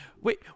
wait